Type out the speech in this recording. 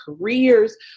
careers